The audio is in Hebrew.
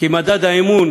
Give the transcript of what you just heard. כי מדד האמון